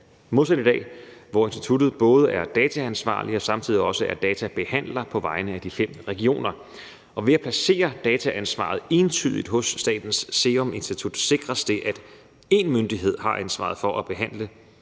modsat i dag, hvor instituttet både er dataansvarlig og samtidig også er databehandler på vegne af de fem regioner. Kl. 15:13 Ved at placere dataansvaret entydigt hos Statens Serum Institut sikres det, at én myndighed har ansvaret for at behandle